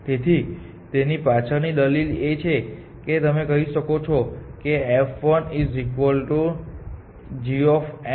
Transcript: તેથી તેની પાછળની દલીલ એ છે કે તમે કહી શકો છો કે fngnhn